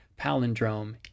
Palindrome